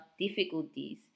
difficulties